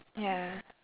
ya